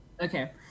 Okay